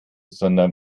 sondern